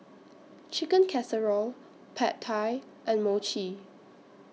Chicken Casserole Pad Thai and Mochi